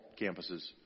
campuses